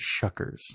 Shuckers